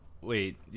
Wait